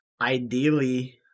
ideally